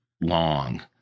long